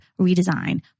redesign